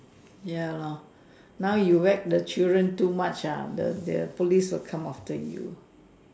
ya lor now you whack the children too much ah the the police will come after you